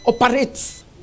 operates